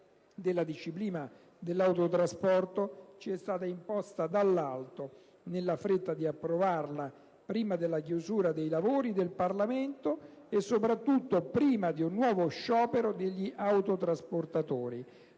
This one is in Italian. della disciplina dell'autotrasporto ci è stata imposta dall'alto, nella fretta di approvarla prima della chiusura dei lavori del Parlamento e, soprattutto, prima di un nuovo sciopero degli autotrasportatori.